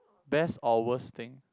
best or worst thing